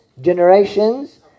generations